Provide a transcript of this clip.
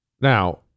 Now